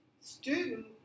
Student